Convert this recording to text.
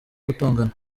gutongana